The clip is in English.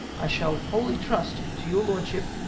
i shall wholly trust to your lordship,